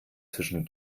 zwischen